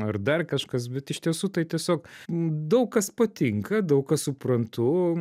ar dar kažkas bet iš tiesų tai tiesiog daug kas patinka daug ką suprantu